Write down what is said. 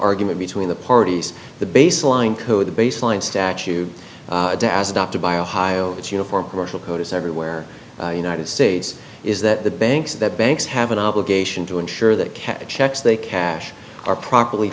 argument in the parties the baseline code the baseline statute as adopted by a higher it's uniform commercial code is everywhere united states is that the banks that banks have an obligation to ensure that catch checks they cash are properly